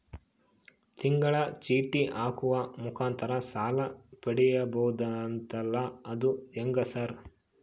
ತಿಂಗಳ ಚೇಟಿ ಹಾಕುವ ಮುಖಾಂತರ ಸಾಲ ಪಡಿಬಹುದಂತಲ ಅದು ಹೆಂಗ ಸರ್?